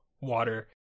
water